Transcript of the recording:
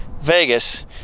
Vegas